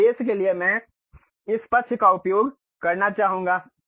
उस उद्देश्य के लिए मैं इस पक्ष का उपयोग करना चाहूंगा